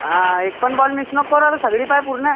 हा एक पण बॉल मिस नको करू आता सगळी पहा पूर्ण